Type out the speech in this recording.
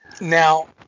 now